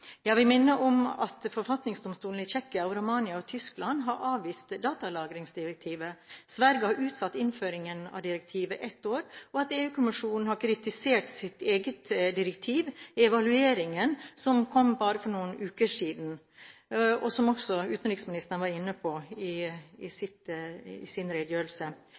Jeg vil minne om at forfatningsdomstoler i Tsjekkia, Romania og Tyskland har avvist datalagringsdirektivet. Sverige har utsatt innføring av direktivet ett år, og EU-kommisjonen har kritisert sitt eget direktiv i evalueringen som kom bare for noen uker siden, som også utenriksministeren var inne på i sin redegjørelse. Så til noen andre temaer utenriksministeren løftet i sin redegjørelse.